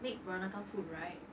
make peranakan food right